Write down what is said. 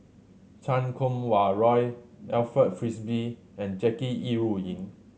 Chan Kum Wah Roy Alfred Frisby and Jackie Yi Ru Ying